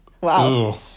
Wow